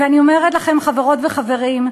חברות וחברים,